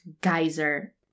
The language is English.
geyser